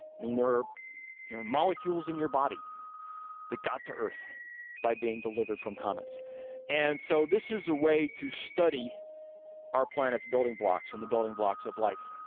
i mean there are you know molecules in your body that got to earth by being delivered from comets and so this is a way to study our planet's building blocks and the building blocks of life.